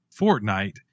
fortnite